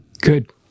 good